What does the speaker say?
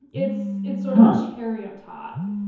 it's it's sort of cherry on top.